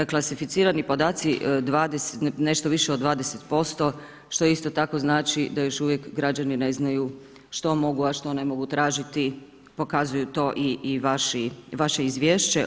Klasificirani podaci nešto više od 20%, što isto tako znači da još uvijek građani ne znaju što mogu, a što ne mogu tražiti, pokazuje to i vaše Izvješće.